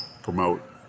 promote